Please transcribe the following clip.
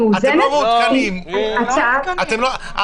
ההצעה שלנו שהיא הרבה יותר מאוזנת --- אתם לא מעודכנים.